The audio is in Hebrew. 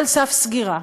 על סף סגירה.